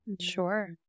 Sure